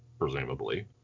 presumably